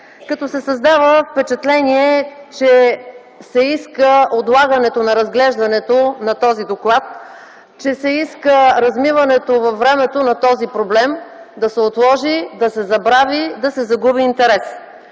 като се създава впечатление, че се иска отлагането на разглеждането на този доклад, че се иска размиването във времето на този проблем – да се отложи, да се забрави, да се загуби интерес.